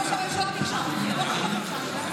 אם אפשר, רק דקה.